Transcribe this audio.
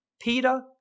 Peter